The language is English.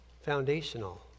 foundational